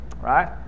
right